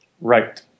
Right